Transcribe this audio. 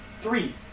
Three